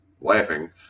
laughing